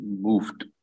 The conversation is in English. moved